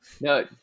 No